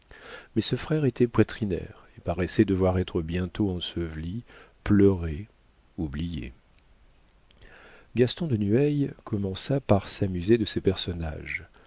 mais ce frère était poitrinaire et paraissait devoir être bientôt enseveli pleuré oublié gaston de nueil commença par s'amuser de ces personnages